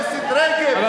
תודה.